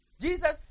Jesus